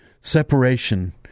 separation